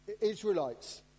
Israelites